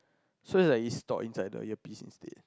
so it's like it's stored inside the earpiece instead